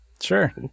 Sure